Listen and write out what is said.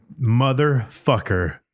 Motherfucker